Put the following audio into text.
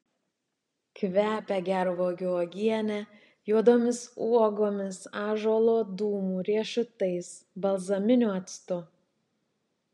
kvepia gervuogių uogiene juodomis uogomis ąžuolo dūmu riešutais balzaminiu actu